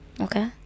Okay